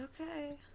Okay